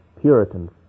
Puritans